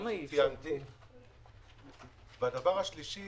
הדבר השלישי,